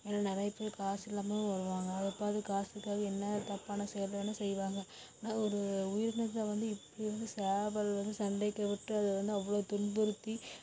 இதில் நிறையா பேர் காசு இல்லாமலும் வருவாங்க அப்போ அது காசுக்காக என்ன தப்பான செயல்களும் செய்வாங்க அது ஒரு உயிரினத்தை வந்து இப்படி வந்து சேவல் வந்து சண்டைக்கு விட்டு அதை வந்து அவ்வளோ துன்புறுத்தி